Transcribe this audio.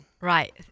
Right